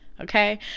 okay